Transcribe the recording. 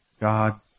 God